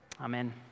Amen